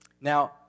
Now